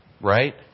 right